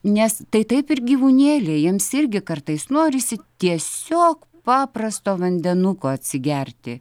nes tai taip ir gyvūnėliai jiems irgi kartais norisi tiesiog paprasto vandenuko atsigerti